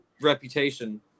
reputation